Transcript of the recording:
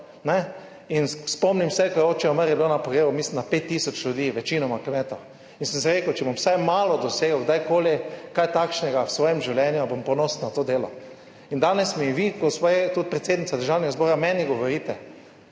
in spomnim se, ko je oče umrl, je bilo na pogrebu mislim, da 5 tisoč ljudi, večinoma kmetov in sem si rekel, če bom vsaj malo dosegel kdajkoli kaj takšnega v svojem življenju, bom ponosen na to delo. In danes mi vi, ko svoje, tudi predsednica Državnega zbora meni govorite,